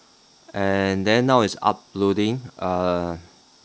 and then now it's uploading err